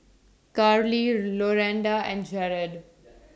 Carlee Rolanda and Jared